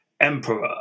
Emperor